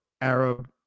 Arab